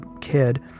kid